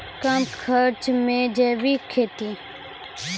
कम खर्च मे जैविक खेती?